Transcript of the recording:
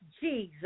Jesus